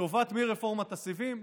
לטובת מי רפורמת הסיבים?